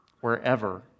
wherever